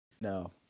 No